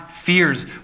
fears